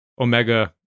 Omega